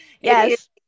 yes